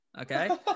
Okay